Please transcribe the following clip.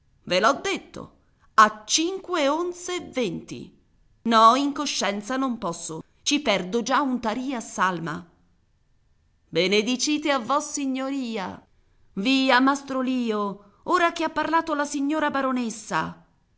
ve l'ho detto a cinque onze e venti no in coscienza non posso ci perdo già un tarì a salma benedicite a vossignoria via mastro lio ora che ha parlato la signora baronessa